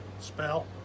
Spell